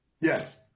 Yes